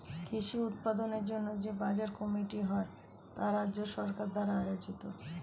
কৃষি উৎপাদনের জন্য যে বাজার কমিটি হয় তা রাজ্য সরকার দ্বারা আয়োজিত